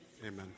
Amen